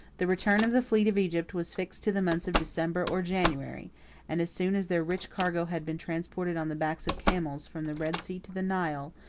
the return of the fleet of egypt was fixed to the months of december or january and as soon as their rich cargo had been transported on the backs of camels, from the red sea to the nile,